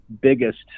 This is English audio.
biggest